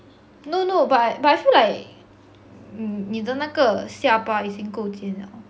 no no but I but I feel like mm 你的那个下巴已经够尖 liao